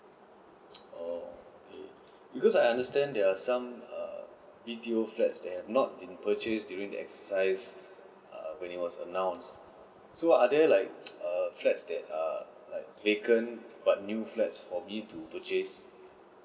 oh okay because I understand there are some err B_T_O flats that have not been purchased during the exercise err when it was announced so are there like err that err like vacant but new flats for me to purchase